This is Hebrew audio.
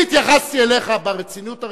אני התייחסתי אליך ברצינות הרצינית,